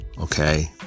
Okay